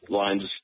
lines